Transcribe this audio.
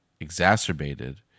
exacerbated